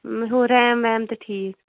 ہُہ ریم ویم تہِ ٹھیٖک